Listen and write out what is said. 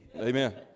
amen